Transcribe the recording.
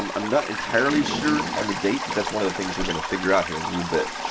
um i'm not entirely sure on the date. but that's one of the things we're going to figure out here in a little bit.